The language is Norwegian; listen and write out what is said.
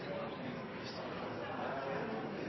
skal